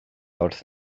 wrth